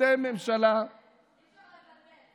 אתם ממשלה, אי-אפשר לבלבל,